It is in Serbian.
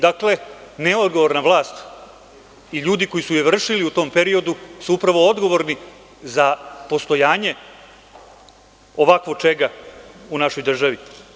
Dakle, neodgovorna vlast i ljudi koji su je vršili u tom periodu su upravo odgovorni za postojanje ovakvo čega u našoj državi.